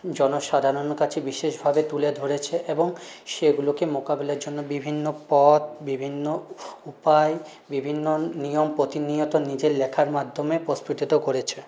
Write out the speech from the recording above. জনসাধারণ কাছে বিশেষভাবে তুলে ধরেছে এবং সেগুলোকে মোকাবিলার জন্য বিভিন্ন পথ বিভিন্ন উপায় বিভিন্ন নিয়ম প্রতিনিয়ত নিজের লেখার মাধ্যমে প্রস্ফুটিত করেছে